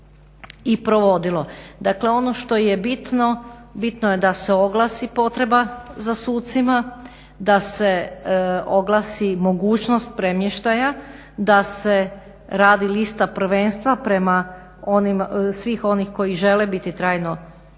i provodilo. Dakle, ono što je bitno, bitno je da se oglasi potreba za sucima, da se oglasi mogućnost premještaja, da se radi lista prvenstva prema svim onim koji žele biti trajno ili